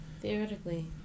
Theoretically